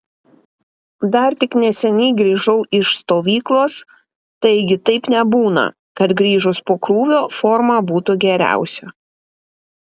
dar tik neseniai grįžau iš stovyklos taigi taip nebūna kad grįžus po krūvio forma būtų geriausia